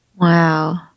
Wow